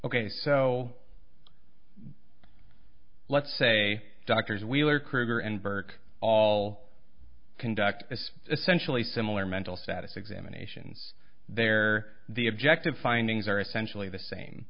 ok so let's say doctors wheeler krueger and burke all conduct as essentially similar mental status examinations there the objective findings are essentially the same